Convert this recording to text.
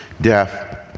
death